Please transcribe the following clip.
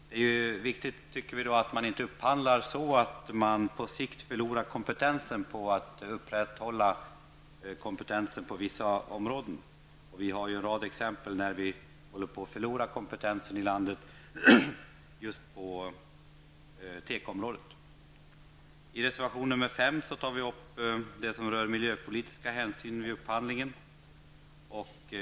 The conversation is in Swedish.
Det är viktigt att man inte upphandlar på ett sådant sätt att man på sikt förlorar kompetensen på vissa områden. På tekoområdet finns det en rad exempel på att vi håller på att förlora kompetensen i landet. I reservation nr 5 tar centerpartiet upp frågan om miljöpolitiska hänsyn vid upphandling.